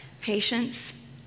patience